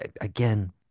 again